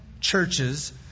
churches